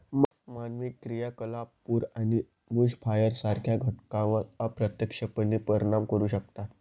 मानवी क्रियाकलाप पूर आणि बुशफायर सारख्या घटनांवर अप्रत्यक्षपणे परिणाम करू शकतात